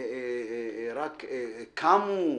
החברות רק קמו.